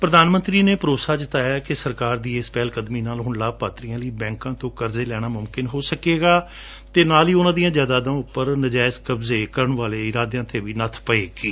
ਪ੍ਰਧਾਨ ਮੰਤਰੀ ਨੇ ਭਰੋਸਾ ਜਤਾਇਆ ਕਿ ਸਰਕਾਰ ਦੀ ਇਸ ਪਹਿਲਕਦਮੀ ਨਾਲ ਹੁਣ ਲਾਭਪਾਤਰੀਆ ਲਈ ਬੈਕਾ ਤੋ ਕਰਜ਼ੇ ਲੈਣਾ ਮੁਮਕਿਨ ਹੋ ਸਕੇਗਾ ਅਤੇ ਨਾਲ ਹੀ ਉਨੂਾਂ ਦੀਆਂ ਜ਼ਾਇਦਾਦਾਂ ਉਂਪਰ ਨਾਜਾਇਜ਼ ਕਬਜੇ ਕਰਣ ਦੇ ਇਰਾਦਿਆਂ ਤੇ ਵੀ ਨੱਬ ਪਵੇਗੀ